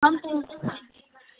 हम फोटोग्राफी करते हैं